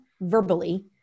verbally